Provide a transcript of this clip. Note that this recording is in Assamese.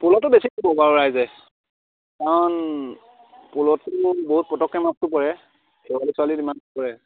প'লটো বেছি ৰাইজে কাৰণ প'লটোত বহুত পটককৈ মাছটো পৰে খেৱালী ছেৱালীত যিমান নপৰে